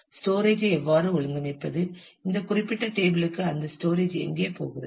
storage ஐ எவ்வாறு ஒழுங்கமைப்பது இந்த குறிப்பிட்ட டேபிளுக்கு அந்த ஸ்டோரேஜ் எங்கே போகிறது